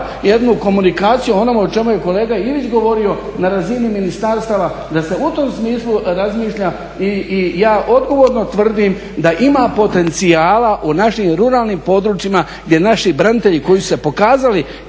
jednu komunikaciju o onome o čemu je kolega Ivić govorio na razini ministarstava da se u tom smislu razmišlja i ja odgovorno tvrdim da ima potencijala u našim ruralnim područjima gdje naši branitelji koji su se pokazali